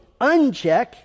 uncheck